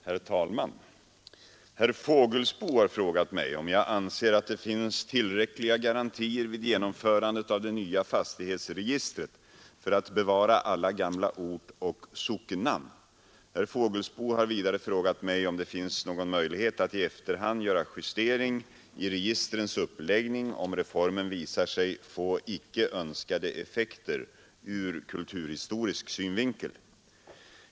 Herr talman! Herr Fågelsbo har frågat mig om jag anser att det finns tillräckliga garantier vid genomförandet av det nya fastighetsregistret för att bevara alla gamla ortoch sockennamn. Herr Fågelsbo har vidare frågat mig om det finns någon möjlighet att i efterhand göra justering i registrens uppläggning om reformen visar sig få icke önskade effekter ur kulturhistorisk synvinkel.